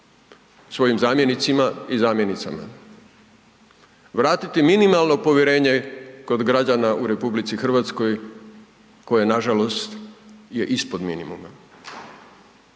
svojim zamjenicima i zamjenicama, vratiti minimalno povjerenje kod građana u Republici Hrvatskoj koje, nažalost, je ispod minimuma.